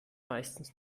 meistens